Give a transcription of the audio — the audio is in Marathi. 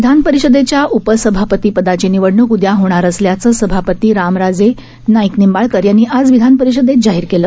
विधानपरिषदेच्या उपसभापती पदाची निवडणूक उदया होणार असल्याचं सभापती रामराजे नाईक निंबाळकर यांनी आज विधानपरिषदेत जाहीर केलं